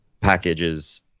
packages